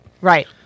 right